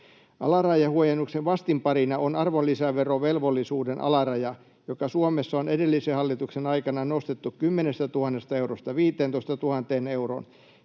Alarajahuojennuksen vastinparina on arvonlisäverovelvollisuuden alaraja, joka Suomessa on edellisen hallituksen aikana nostettu 10 000 eurosta 15 000 euroon.